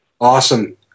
Awesome